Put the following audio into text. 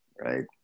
Right